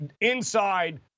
inside